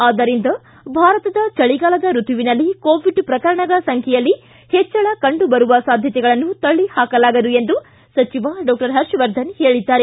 ಆದ್ದರಿಂದ ಭಾರತದ ಚಳಿಗಾಲದ ಋತುವಿನಲ್ಲಿ ಕೋವಿಡ್ ಪ್ರಕರಣಗಳ ಸಂಖ್ಯೆಯಲ್ಲಿ ಹೆಚ್ಚಳ ಕಂಡುಬರುವ ಸಾಧ್ಯತೆಗಳನ್ನು ತಳ್ಳಿ ಹಾಕಲಾಗದು ಎಂದು ಸಚಿವ ಡಾಕ್ಟರ್ ಹರ್ಷವರ್ಧನ್ ಹೇಳಿದ್ದಾರೆ